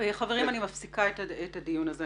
אני מפסיקה את הדיון הזה.